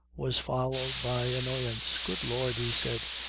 was followed by annoyance. good lord, he said,